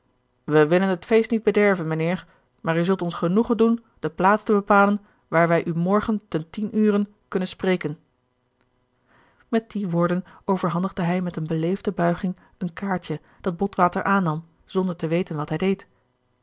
wij willen het feest niet bederven mijnheer maar u zult ons genoegen doen de plaats te bepalen waar wij u morgen ten tien ure kunnen spreken met die woorden overhandigde hij met eene beleefde buiging een kaartje dat botwater aannam zonder te weten wat hij deed